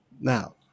Now